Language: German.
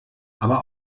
aber